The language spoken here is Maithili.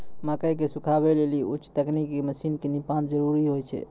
मकई के सुखावे लेली उच्च तकनीक के मसीन के नितांत जरूरी छैय?